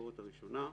הביקורת הראשונה.